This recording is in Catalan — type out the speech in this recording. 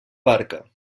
barca